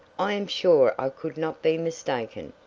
i am sure i could not be mistaken.